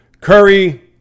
Curry